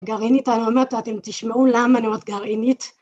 גרעינית, אני אומרת, אתם תשמעו למה אני אומרת גרעינית.